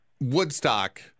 Woodstock –